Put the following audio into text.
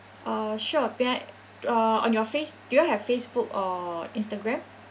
uh sure behin~ uh on your face do you have Facebook or Instagram